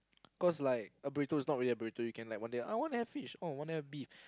cause like a burrito is not really a burrito you can like one day I wanna have fish oh wanna have beef